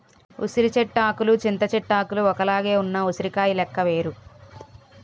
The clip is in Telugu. ఉసిరి చెట్టు ఆకులు చింత చెట్టు ఆకులు ఒక్కలాగే ఉన్న ఉసిరికాయ లెక్క వేరు